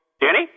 Danny